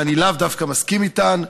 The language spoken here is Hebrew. ואני לאו דווקא מסכים אתם,